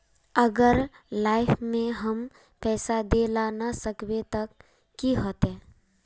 अगर लाइफ में हम पैसा दे ला ना सकबे तब की होते?